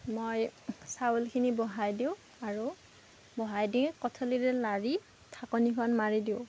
মই চাউলখিনি বহাই দিওঁ আৰু বহাই দি কৰচলিৰে লাৰি ঢাকনিখন মাৰি দিওঁ